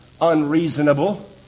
unreasonable